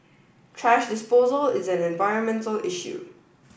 thrash disposal is an environmental issue